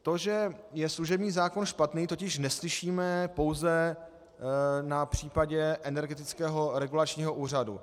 To, že je služební zákon špatný, totiž neslyšíme pouze na případu Energetického regulačního úřadu.